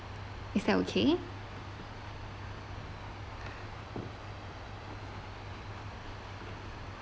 is that okay